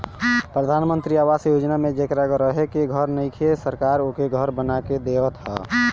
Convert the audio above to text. प्रधान मंत्री आवास योजना में जेकरा रहे के घर नइखे सरकार ओके घर बना के देवत ह